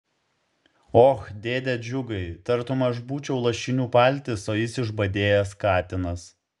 och dėde džiugai tartum aš būčiau lašinių paltis o jis išbadėjęs katinas